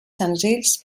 senzills